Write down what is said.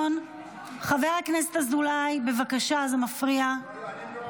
חבר הכנסת אזולאי, בבקשה, זה מפריע.